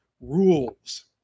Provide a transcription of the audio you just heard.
rules